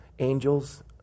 angels